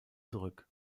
zurück